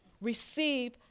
Receive